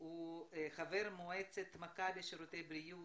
הוא חבר מועצת מכבי שירותי בריאות.